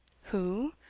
who?